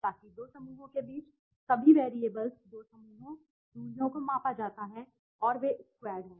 ताकि दो समूहों के बीच सभी वैरिएबल्स दो समूहों दूरियों को मापा जाता है और वे स्क्वैरड हैं